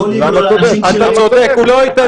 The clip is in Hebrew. למה צודק?